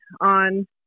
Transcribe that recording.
on